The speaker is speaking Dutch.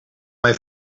mijn